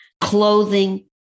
clothing